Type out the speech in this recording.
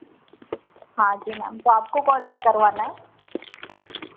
हाँ जी मैम तो आपको कौन सा करवाना है